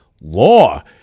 law